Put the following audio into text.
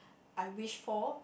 I wish for